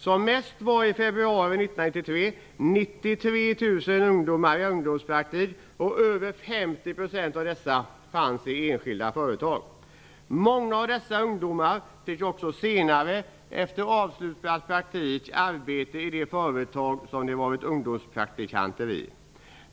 Som mest, i februari 1993, var 93 000 ungdomar i ungdomspraktik, och över 50 % av dessa fanns i enskilda företag. Många av dessa ungdomar fick också senare, efter avslutad praktik, arbete i det företag som de varit ungdomspraktikanter i.